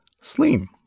Slim